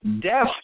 death